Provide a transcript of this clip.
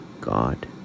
God